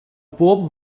bob